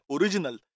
original